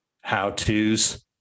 how-tos